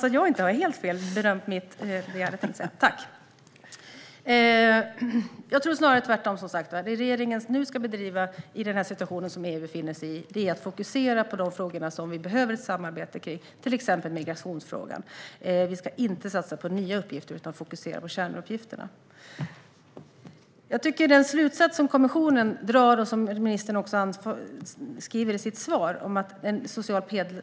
Jag tror snarare tvärtom. Det regeringen ska driva i den situation EU nu befinner sig i är att EU ska fokusera på de frågor vi behöver ett samarbete om, till exempel migrationsfrågan. Vi ska inte satsa på nya uppgifter utan fokusera på kärnuppgifterna. Den slutsats som kommissionen drar, och som ministern också redogör för i svaret, är att en social